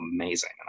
amazing